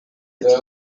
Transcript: iki